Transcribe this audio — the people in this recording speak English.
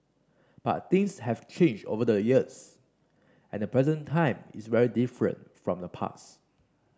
but things have changed over the years and the present time is very different from the past